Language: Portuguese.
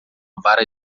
vara